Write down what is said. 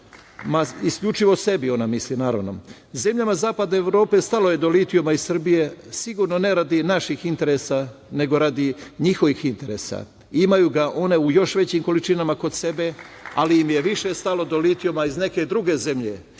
Isključivo o sebi ona misli naravno. Zemljama zapadne Evrope stalo je do litijuma iz Srbije sigurno ne radi naših interesa nego radi njihovih interesa. Imaju ga one u još većim količinama kod sebe, ali im je više stalo do litijuma iz neke druge zemlje.